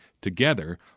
together